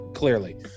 Clearly